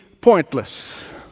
pointless